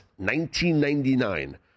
1999